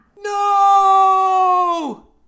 No